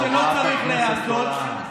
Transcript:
חברת הכנסת גולן.